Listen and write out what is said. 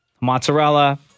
Mozzarella